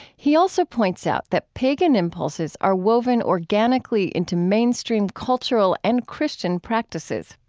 he also points out that pagan impulses are woven organically into mainstream cultural and christian practices.